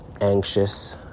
anxious